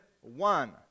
one